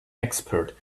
expert